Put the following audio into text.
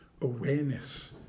awareness